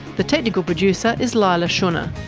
the technical producer is leila shunnar,